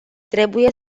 trebuie